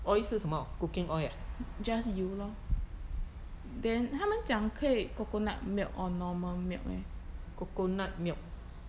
just 油 lor then 他们讲可以 coconut milk or normal milk eh